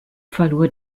verlor